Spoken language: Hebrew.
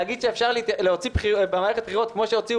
להגיד שאפשר להוציא במערכת הבחירות כפי שהוציאו